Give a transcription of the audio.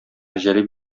җәлеп